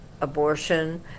abortion